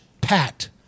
Pat